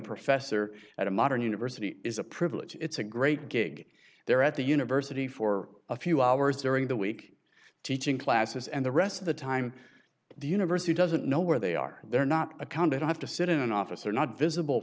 professor at a modern university is a privilege it's a great gig there at the university for a few hours during the week teaching classes and the rest of the time the university doesn't know where they are they're not accounted have to sit in an office are not visible